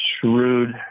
shrewd